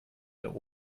der